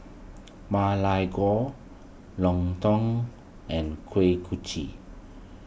Ma Lai Gao Lontong and Kuih Kochi